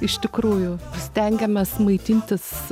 iš tikrųjų stengiamės maitintis